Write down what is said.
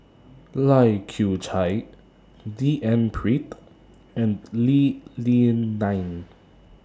Lai Kew Chai D N Pritt and Lee Li Lian